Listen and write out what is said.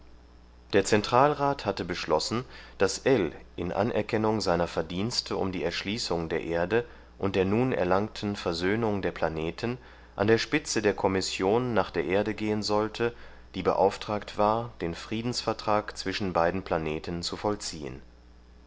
der zentralrat hatte beschlossen daß ell in anerkennung seiner verdienste um die erschließung der erde und der nun erlangten versöhnung der planeten an der spitze der kommission nach der erde gehen sollte die beauftragt war den friedensvertrag zwischen beiden planeten zu vollziehen